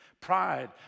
Pride